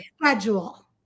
schedule